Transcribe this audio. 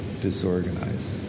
disorganized